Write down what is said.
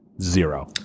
Zero